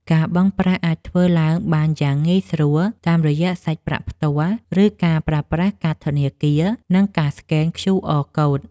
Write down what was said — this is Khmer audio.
ការបង់ប្រាក់អាចធ្វើឡើងបានយ៉ាងងាយស្រួល តាមរយៈសាច់ប្រាក់ផ្ទាល់ ឬការប្រើប្រាស់កាតធនាគារ និងការស្កេន ឃ្យូអរ កូដ។